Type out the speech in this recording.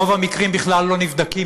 רוב המקרים בכלל לא נבדקים,